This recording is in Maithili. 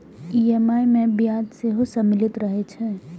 ई.एम.आई मे ब्याज सेहो सम्मिलित रहै छै